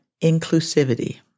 inclusivity